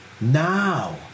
now